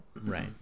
Right